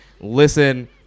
listen